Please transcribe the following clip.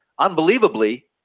Unbelievably